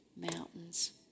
mountains